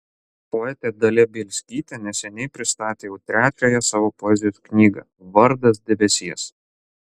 poetė dalia bielskytė neseniai pristatė jau trečiąją savo poezijos knygą vardas debesies